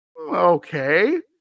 okay